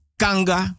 kanga